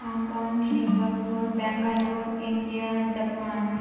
Hong Kong Singapore Bangalore India Japan